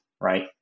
right